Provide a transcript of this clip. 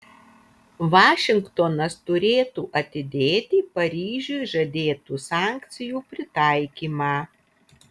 vašingtonas turėtų atidėti paryžiui žadėtų sankcijų pritaikymą